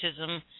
autism